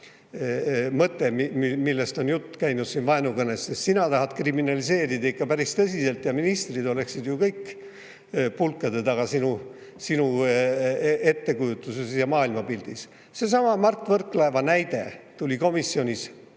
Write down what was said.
tegelikult suhteliselt palju leebem. Sina tahad kriminaliseerida ikka päris tõsiselt ja ministrid oleksid ju kõik pulkade taga sinu ettekujutuses ja maailmapildis. Seesama Mart Võrklaeva näide tuli komisjonis